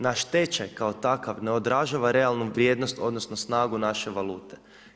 Naš tečaj, kao takav ne odražava realnu vrijednost odnosno snagu naše valute.